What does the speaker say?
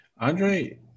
Andre